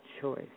choice